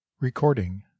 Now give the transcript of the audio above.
Recording